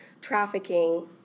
trafficking